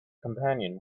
companion